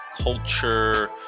culture